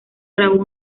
grabó